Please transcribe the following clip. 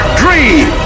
dream